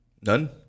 none